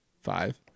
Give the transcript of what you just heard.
Five